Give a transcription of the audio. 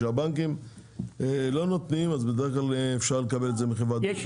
כשהבנקים לא נותנים אז בדרך כלל אפשר לקבל את זה מחברת ביטוח.